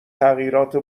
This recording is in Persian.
تغییرات